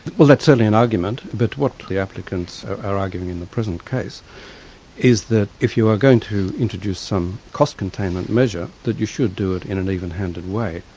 well that's certainly an argument, but what the applicants are arguing in the present case is that if you are going to introduce some cost containment measure, that you should do it in an even-handed way.